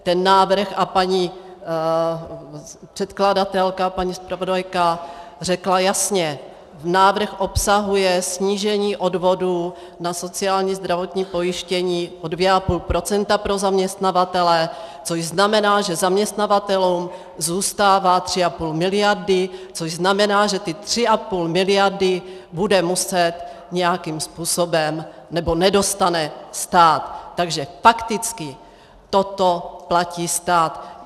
Ten návrh a paní předkladatelka, paní zpravodajka řekla jasně návrh obsahuje snížení odvodů na sociální a zdravotní pojištění o 2,5 % pro zaměstnavatele, což znamená, že zaměstnavatelům zůstává 3,5 mld., což znamená, že ty 3,5 mld. bude muset nějakým způsobem nebo nedostane stát, takže fakticky toto platí stát.